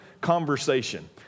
conversation